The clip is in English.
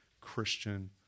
Christian